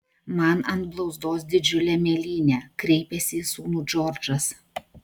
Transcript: man ant blauzdos didžiulė mėlynė kreipėsi į sūnų džordžas